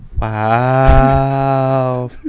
Wow